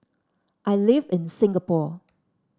I live in Singapore